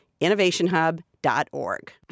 innovationhub.org